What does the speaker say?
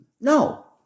no